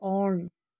on